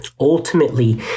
Ultimately